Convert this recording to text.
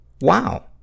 wow